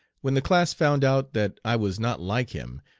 when the class found out that i was not like him,